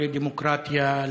לא לדמוקרטיה,